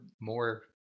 more